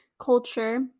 culture